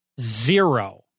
zero